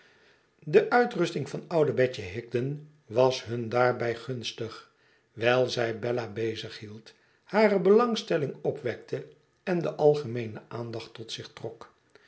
de uitrusting van oude betje higden was hun daarbij gunstig wijl zij bella bezighield hare belangstelling opwekte en de algemeene aandacht tot zich trok